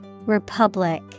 Republic